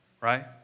Right